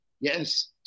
Yes